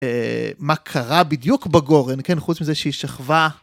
מה קרה בדיוק בגורן, כן, חוץ מזה שהיא שכבה.